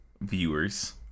viewers